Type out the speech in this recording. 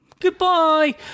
Goodbye